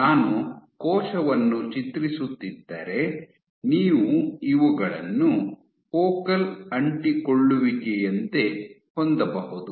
ನಾನು ಕೋಶವನ್ನು ಚಿತ್ರಿಸುತ್ತಿದ್ದರೆ ನೀವು ಇವುಗಳನ್ನು ಫೋಕಲ್ ಅಂಟಿಕೊಳ್ಳುವಿಕೆಯಂತೆ ಹೊಂದಬಹುದು